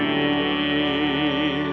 the